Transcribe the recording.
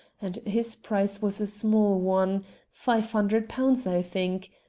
and his price was a small one five hundred pounds, i think.